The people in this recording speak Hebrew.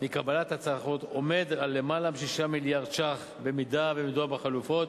הוא יותר מ-6 מיליארד ש"ח, אם מדובר בחלופות,